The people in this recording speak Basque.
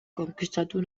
konkistatu